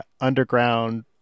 underground